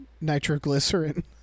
nitroglycerin